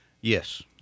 yes